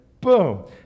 boom